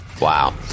Wow